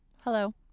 Hello